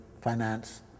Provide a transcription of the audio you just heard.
finance